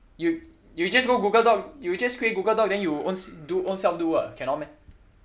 you you just go google doc you just create google doc then you own s~ do own self do ah cannot meh